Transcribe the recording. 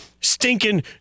stinking